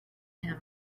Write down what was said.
him